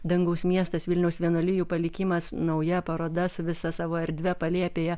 dangaus miestas vilniaus vienuolijų palikimas nauja paroda su visa savo erdve palėpėje